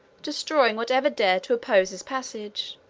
destroying whatever dared to oppose his passage,